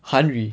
韩语